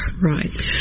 Right